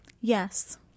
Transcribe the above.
Yes